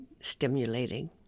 stimulating